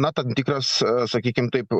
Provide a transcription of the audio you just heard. na tam tikras sakykim taip